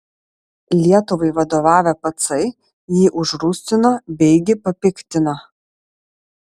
lietuvai vadovavę pacai jį užrūstino beigi papiktino